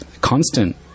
constant